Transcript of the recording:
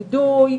נידוי,